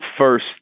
first